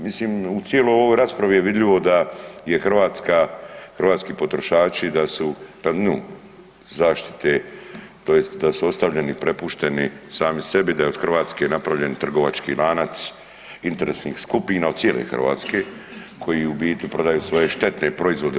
Mislim u cijeloj ovoj raspravi je vidljivo da je Hrvatska, hrvatski potrošači da su na dnu zaštite, tj. da su ostavljeni prepušteni sami sebi, da je od Hrvatske napravljen trgovački lanac interesnih skupina, od cijele Hrvatske koji u biti prodaju svoje štetne proizvode RH.